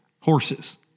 horses